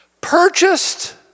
purchased